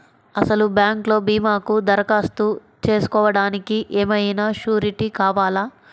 అసలు బ్యాంక్లో భీమాకు దరఖాస్తు చేసుకోవడానికి ఏమయినా సూరీటీ కావాలా?